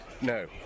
no